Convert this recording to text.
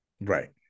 right